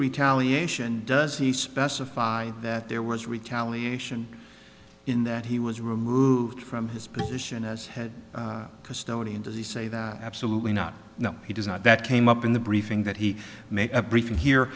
retaliation does he specify that there was retaliation in that he was removed from his position as head coach still into the say that absolutely not no he does not that came up in the briefing that he made a brief in here